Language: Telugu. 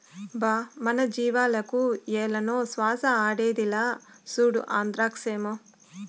బా మన జీవాలకు ఏలనో శ్వాస ఆడేదిలా, సూడు ఆంద్రాక్సేమో